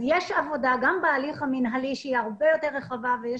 יש עבודה גם בהליך המינהלי שהיא הרבה רחבה ויש